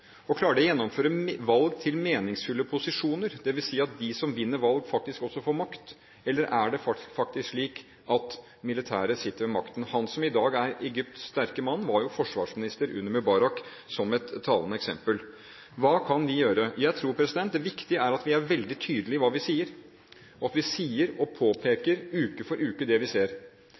å gjennomføre valg til meningsfulle posisjoner, dvs. at de som vinner valg, faktisk også får makt? Eller er det faktisk slik at militæret sitter ved makten? Som et talende eksempel: Han som i dag er Egypts sterke mann, var jo forsvarsminister under Mubarak. Hva kan vi gjøre? Jeg tror det er viktig at vi er veldig tydelige på hva vi sier, og at vi sier og påpeker uke for uke det vi ser.